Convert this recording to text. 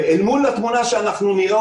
אל מול התמונה שאנחנו נראה,